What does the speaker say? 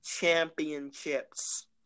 championships